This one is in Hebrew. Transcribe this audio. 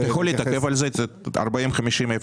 אתה יכול להתעכב על זה, על תוכנית 40-53-01?